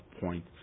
point